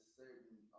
certain